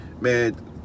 man